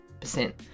percent